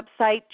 website